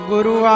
Guru